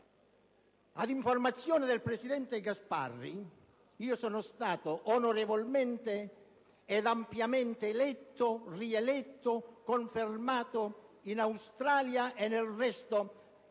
Ad informazione del presidente Gasparri, io sono stato onorevolmente ed ampiamente eletto, rieletto e confermato in Australia e nel resto